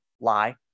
Lie